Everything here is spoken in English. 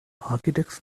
architects